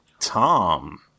Tom